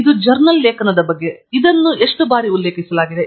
ಇದು ಜರ್ನಲ್ ಲೇಖನದ ಬಗ್ಗೆ ಇದನ್ನು ಎಷ್ಟು ಬಾರಿ ಉಲ್ಲೇಖಿಸಲಾಗಿದೆ